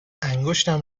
انگشتم